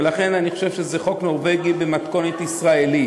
ולכן אני חושב שזה חוק נורבגי במתכונת ישראלית.